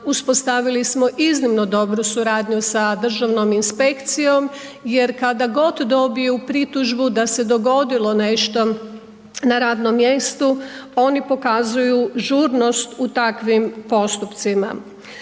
uspostavili smo iznimno dobru suradnju sa državnom inspekcijom jer kada godi dobiju pritužbu da se dogodilo nešto na radnom mjestu, oni pokazuju žurnost u takvim postupcima.